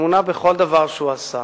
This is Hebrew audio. אמונה בכל דבר שהוא עשה,